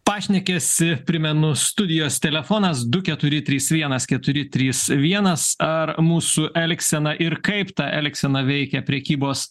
pašnekesį primenu studijos telefonas du keturi trys vienas keturi trys vienas ar mūsų elgsena ir kaip tą elgseną veikia prekybos